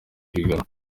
higanwa